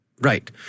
Right